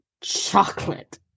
chocolate